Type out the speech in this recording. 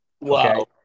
Wow